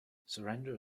surrender